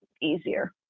easier